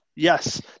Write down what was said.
Yes